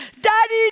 daddy